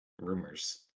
rumors